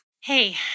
Hey